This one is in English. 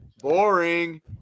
Boring